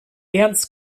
ernst